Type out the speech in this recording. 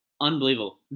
unbelievable